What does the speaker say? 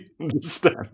understand